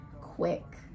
Quick